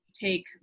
take